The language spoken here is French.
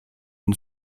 une